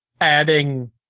adding